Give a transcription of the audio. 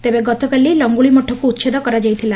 ତେବେ ଗତକାଲି ଲଙ୍ଗୁଳି ମଠକୁ ଉଛେଦ କରାଯାଇଥିଲା